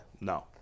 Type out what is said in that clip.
No